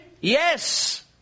Yes